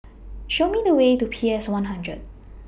Show Me The Way to P S one hundred